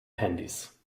handys